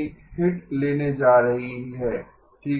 एक हिट लेने जा रही है ठीक है